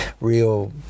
real